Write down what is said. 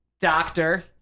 Doctor